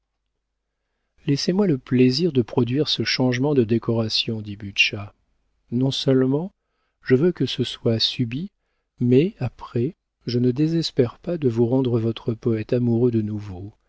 laissez-moi le plaisir de produire ce changement de décoration dit butscha non seulement je veux que ce soit subit mais après je ne désespère pas de vous rendre votre poëte amoureux de nouveau